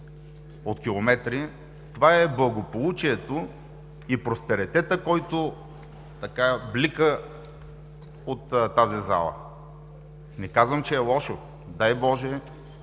от километри, това е благополучието и просперитетът, който блика от тази зала. Не казвам, че е лошо. Дай Боже,